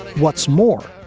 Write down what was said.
what's more,